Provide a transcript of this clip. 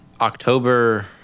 October